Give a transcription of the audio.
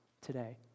today